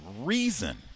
reason